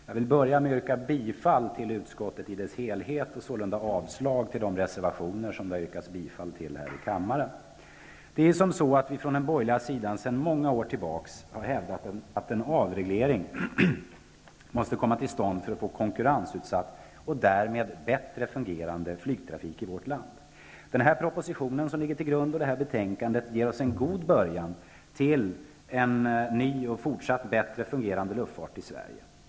Jag vill börja med att yrka bifall till utskottsförslaget i dess helhet och sålunda avslag på de reservationer det har yrkats bifall till. Från den borgerliga sidan har vi sedan många år hävdat att en avreglering måste komma till stånd för att få konkurrensutsatt och därmed bättre fungerande flygtrafik i vårt land. Denna proposition och det här betänkandet ger oss en god början till en ny, bättre fungerande luftfart i Sverige.